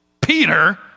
Peter